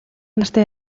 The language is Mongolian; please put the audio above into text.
нартай